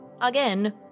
again